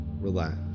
relax